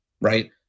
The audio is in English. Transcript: right